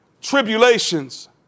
tribulations